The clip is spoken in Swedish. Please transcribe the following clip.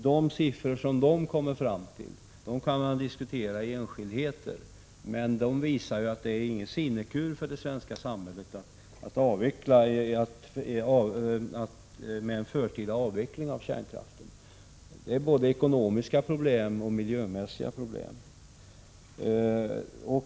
De siffror som den kom fram till kan man diskutera i enskildheter, men de visar att det inte är någon sinekur för det svenska samhället med en förtida avveckling av kärnkraften. Det finns både ekonomiska och miljömässiga problem.